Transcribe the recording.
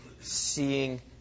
seeing